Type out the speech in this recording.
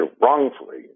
wrongfully